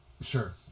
Sure